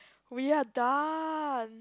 we are done